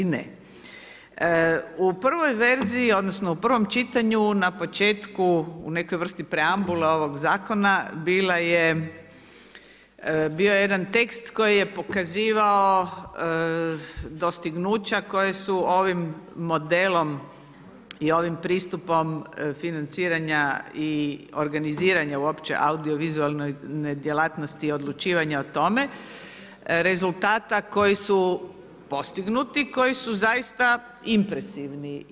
U prvoj verziji, odnosno, u prvom čitanju, na početku u nekoj vrsti preambule ovog zakona, bilo je jedan tekst koji je pokazivao dostignuća koji su ovim modelom i ovim pristupom financiranja i organiziranja uopće audiovizualnoj djelatnosti i odlučivanja o tome, rezultata koji su postignutim koji su zaista impresivni.